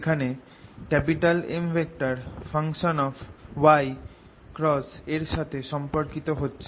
এখানে M x এর সাথে পরিবর্তন হচ্ছে